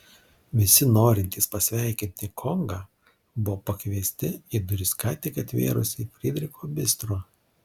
visi norintys pasveikinti kongą buvo pakviesti į duris ką tik atvėrusį frydricho bistro